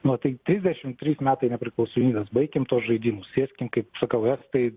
nu tai trisdešimt trys metai nepriklausomybės baikim tuos žaidimus sėskim kaip sakau estai